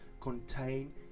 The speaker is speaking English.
contain